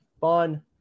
fun